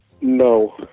No